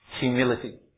humility